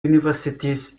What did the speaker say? universities